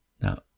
now